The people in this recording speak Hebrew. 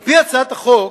על-פי הצעת החוק,